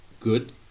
Good